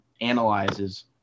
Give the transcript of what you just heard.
analyzes